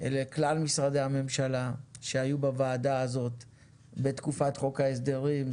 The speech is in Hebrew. לכלל משרדי הממשלה שהיו בוועדה הזאת בתקופת חוק ההסדרים,